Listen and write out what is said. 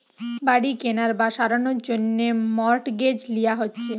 বাড়ি কেনার বা সারানোর জন্যে মর্টগেজ লিয়া হচ্ছে